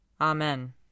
Amen